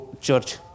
church